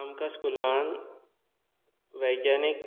आमकां स्कुलांत वैज्ञानीक